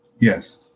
Yes